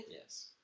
Yes